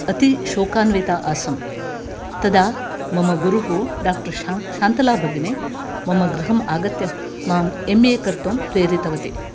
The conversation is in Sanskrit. अतिशोकान्विता आसम् तदा मम गुरुः डाक्टर् शा शान्तलाभगिनी मम गृहम् आगत्य माम् एम् ए कर्तुं प्रेरितवती